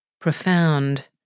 profound